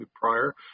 prior